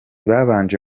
babanje